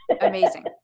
Amazing